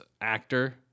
Actor